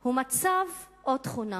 הוא מצב או תכונה?